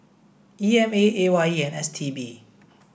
E M A A Y E and S T B